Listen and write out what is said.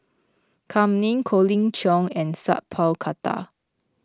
Kam Ning Colin Cheong and Sat Pal Khattar